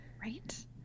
Right